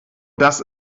das